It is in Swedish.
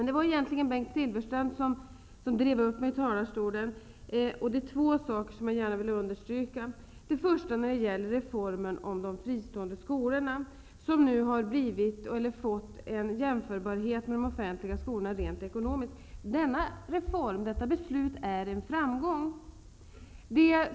Det var egentligen Bengt Silfverstrand som drev upp mig i talarstolen, och det är två saker som jag gärna vill understryka. Reformen av de fristående skolorna, som nu fått en jämförbarhet med de offentliga skolorna rent ekonomiskt, är en framgång.